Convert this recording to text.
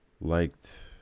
liked